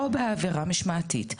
או בעבירה משמעתית,